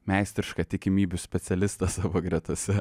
meistrišką tikimybių specialistą savo gretose